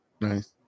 Nice